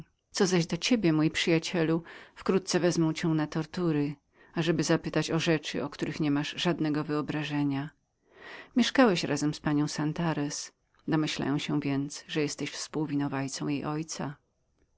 co zaś do ciebie mój przyjacielu wkrótce wezną cię na tortury ażeby zapytać cię o rzeczy o których niemasz żadnego wyobrażenia mieszkałeś razem z panią santarez domyślają się więc że jesteś spółwinowajcą jej ojca